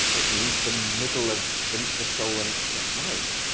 it means the middle of the the solar and night,